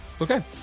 Okay